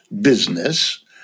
business